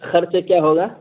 خرچ کیا ہوگا